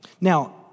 Now